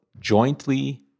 jointly